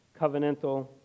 covenantal